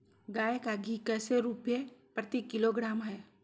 गाय का घी कैसे रुपए प्रति किलोग्राम है?